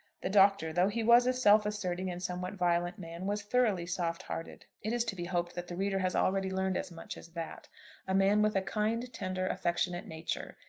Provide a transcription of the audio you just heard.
the doctor, though he was a self-asserting and somewhat violent man, was thoroughly soft-hearted. it is to be hoped that the reader has already learned as much as that a man with a kind, tender, affectionate nature.